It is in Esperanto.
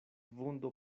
vundo